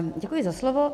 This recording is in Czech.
Děkuji za slovo.